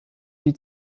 die